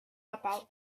about